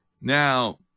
Now